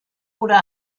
oder